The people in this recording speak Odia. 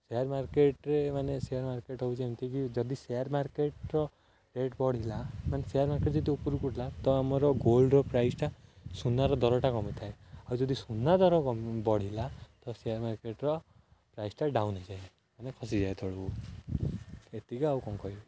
ସେୟାର୍ ମାର୍କେଟ୍ରେ ମାନେ ସେୟାର୍ ମାର୍କଟ୍ ହେଉଛି ଏମିତିକି ଯଦି ସେୟାର୍ ମାର୍କେଟ୍ର ରେଟ୍ ବଢ଼ିଲା ମାନେ ସେୟାର୍ ମାର୍କଟ୍ ଯଦି ଉପରକୁ ଉଠିଲା ତ ଆମର ଗୋଲ୍ଡର ପ୍ରାଇସ୍ଟା ସୁନାର ଦରଟା କମିଥାଏ ଆଉ ଯଦି ସୁନା ଦର ବଢ଼ିଲା ତ ସେୟାର୍ ମାର୍କେଟ୍ର ପ୍ରାଇସ୍ଟା ଡାଉନ୍ ହୋଇଯାଏ ମାନେ ଖସିଯାଏ ତଳକୁ ଏତିକି ଆଉ କ'ଣ କହିବି